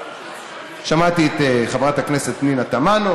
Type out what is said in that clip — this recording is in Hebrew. שמעתי את חברת הכנסת פנינה תמנו,